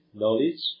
knowledge